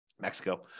Mexico